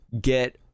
get